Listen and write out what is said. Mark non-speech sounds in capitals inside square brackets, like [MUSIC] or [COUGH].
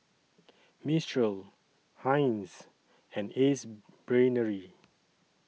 Mistral Heinz and Ace [HESITATION] Brainery